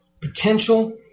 potential